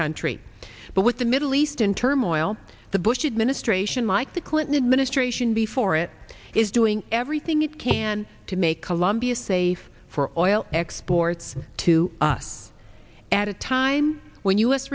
country but with the middle east in turmoil the bush administration like the clinton administration before it is doing everything it can to make colombia safe for all exports to us at a time when u s